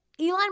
Elon